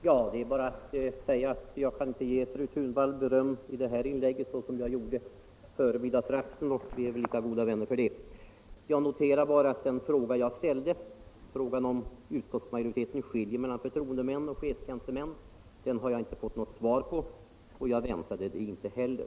Nr 70 Herr talman! Jag kan i detta inlägg inte ge fru Thunvall beröm, vilket Tisdagen den jag gjorde före middagsrasten. Men vi är väl lika goda vänner för det. 29 april 1975 På min fråga om utskottsmajoriteten skiljer mellan förtroendemän och chefstjänstemän har jag inte fått något svar. Jag väntade det inte heller.